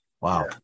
wow